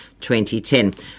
2010